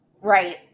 Right